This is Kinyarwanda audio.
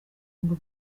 ngo